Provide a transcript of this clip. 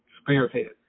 spearhead